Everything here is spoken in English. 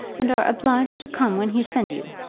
and are obliged to come when he send you?